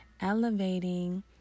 elevating